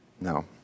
No